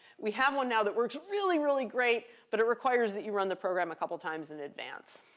we have one now that works really, really great, but it requires that you run the program a couple times in advance.